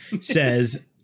says